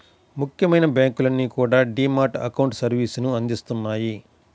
ముఖ్యమైన బ్యాంకులన్నీ కూడా డీ మ్యాట్ అకౌంట్ సర్వీసుని అందిత్తన్నాయి